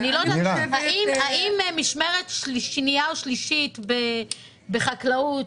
האם משמרת שנייה או שלישית בחקלאות,